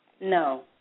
No